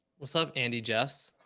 what's up. andy, jeffs.